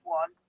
one